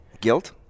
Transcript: Guilt